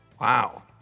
Wow